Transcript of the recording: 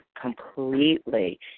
completely